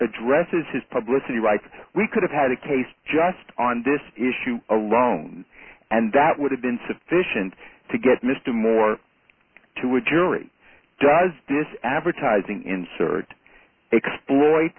addresses his publicist writes we could have had a case just on this issue alone and that would have been sufficient to get mr moore to a jury does this advertising insert exploit